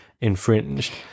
infringed